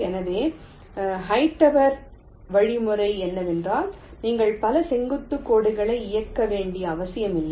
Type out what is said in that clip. எனவே ஹைட்டவரின் வழிமுறை என்னவென்றால் நீங்கள் பல செங்குத்து கோடுகளை இயக்க வேண்டிய அவசியமில்லை